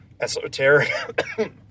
esoteric